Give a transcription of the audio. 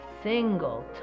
single